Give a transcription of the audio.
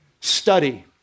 study